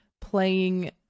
playing